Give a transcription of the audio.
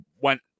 went